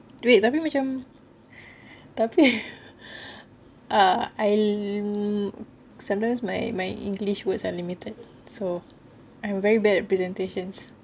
wait tapi macam tapi err sometimes my my english words are limited so I'm very bad at presentations